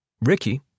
Ricky